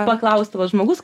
paklaustų vat žmogus